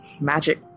magic